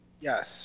yes